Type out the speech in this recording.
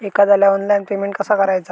एखाद्याला online payment कसा करायचा?